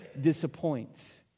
disappoints